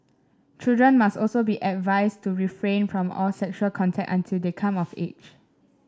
children must also be advised to refrain from all sexual contact until the come of age